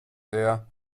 der